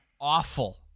awful